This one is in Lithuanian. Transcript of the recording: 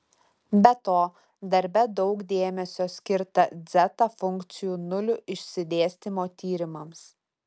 be to darbe daug dėmesio skirta dzeta funkcijų nulių išsidėstymo tyrimams